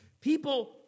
People